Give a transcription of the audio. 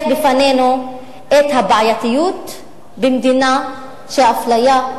בפנינו את הבעייתיות במדינה שהאפליה,